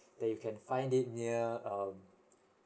that can find it near um